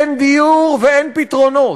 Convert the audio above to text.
אין דיור ואין פתרונות.